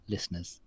Listeners